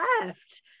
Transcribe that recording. left